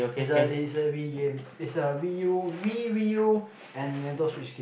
is a is a Wii game is a Wii U Wii U and Nintendo switch game